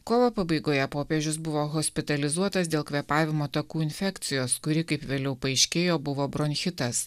kovo pabaigoje popiežius buvo hospitalizuotas dėl kvėpavimo takų infekcijos kuri kaip vėliau paaiškėjo buvo bronchitas